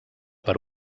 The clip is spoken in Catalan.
per